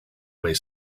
way